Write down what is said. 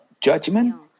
judgment